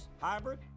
hybrid